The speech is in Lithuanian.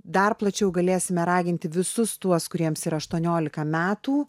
dar plačiau galėsime raginti visus tuos kuriems ir aštuoniolika metų